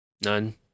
None